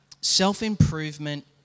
self-improvement